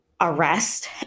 arrest